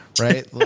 right